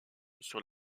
sur